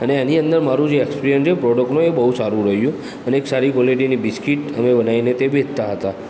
અને એની અંદર મારું જે એકપિરિયન્સ છે પ્રોડક્ટનો એ બહુ સારું રહ્યું અને સારી ક્વોલિટીની બિસ્કીટ અમે બનાવીને તે વેચતા હતા